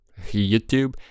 YouTube